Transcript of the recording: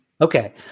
Okay